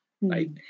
right